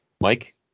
mike